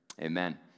amen